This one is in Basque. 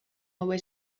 hobe